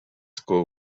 school